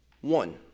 One